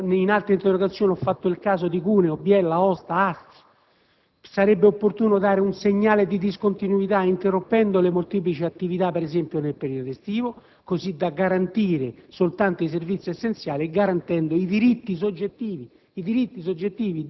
in altre interrogazioni ho portato i casi di Cuneo, Biella, Aosta, Asti. Sarebbe opportuno, allora, dare un segnale di discontinuità interrompendo le molteplici attività, per esempio, nel periodo estivo, così da assicurare soltanto i servizi essenziali, garantendo i diritti soggettivi